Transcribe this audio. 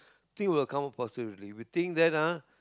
thing will come out positively you think that ah